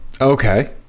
Okay